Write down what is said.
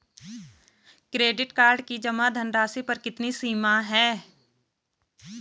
Credit card की जमा धनराशि पर कितनी सीमा है?